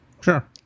Sure